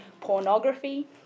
pornography